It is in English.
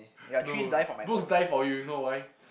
no books die for you you know why